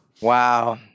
Wow